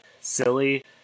silly